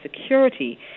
security